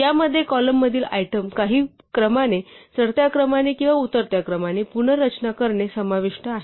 यामध्ये कॉलम मधील आयटम काही क्रमाने चढत्या क्रमाने किंवा उतरत्या क्रमाने पुनर्रचना करणे समाविष्ट आहे